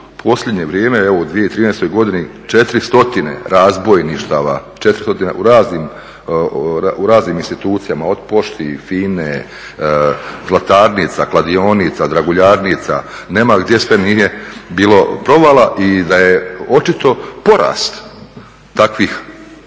posljednje vrijeme evo u 2013. godini 400 razbojništava u raznim institucijama, od pošti, FINA-e, zlatarnica, kladionica, draguljarnica, nema gdje sve nije bilo provala i da je očito porast takvih